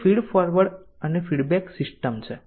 તેથી તે feed forward અને ફીડબેક સિસ્ટમ છે